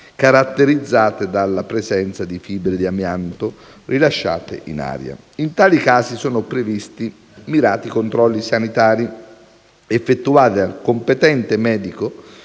caratterizzate dalla presenza di fibre di amianto rilasciate in aria. In tali casi sono previsti mirati controlli sanitari, effettuati dal medico